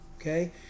Okay